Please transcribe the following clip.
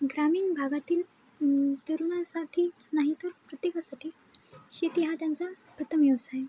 ग्रामीण भागातील तरुणासाठीच नाही तर प्रत्येकासाठी शेती हा त्यांचा प्रथम व्यवसाय